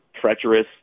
treacherous